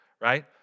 right